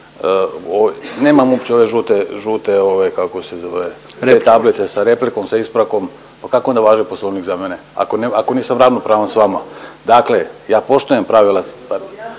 nemam uopće ove žute ovaj kako se zove te tablice sa replikom, sa ispravkom kako onda važi poslovnik za mene ako nisam ravnopravan s vama? Dakle, ja poštujem pravila